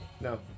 No